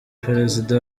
perezida